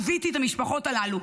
ליוויתי את המשפחות הללו.